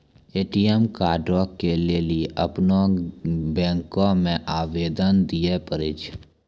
ATM कार्डो के लेली अपनो बैंको मे आवेदन दिये पड़ै छै